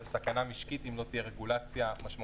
וסכנה משקית אם לא תהיה רגולציה משמעותית